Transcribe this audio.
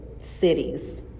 cities